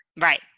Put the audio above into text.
Right